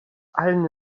allen